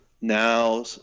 now